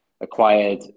acquired